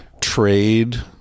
trade